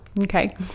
Okay